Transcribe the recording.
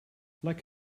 like